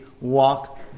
walk